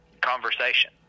conversation